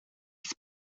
ils